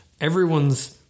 everyone's